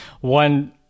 one